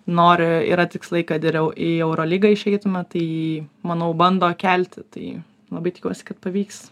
noriu yra tikslai kad euro į eurolygą išeitume tai manau bando kelti tai labai tikiuosi kad pavyks